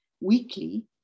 weekly